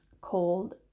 cold